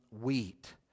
wheat